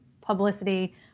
publicity